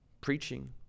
Preaching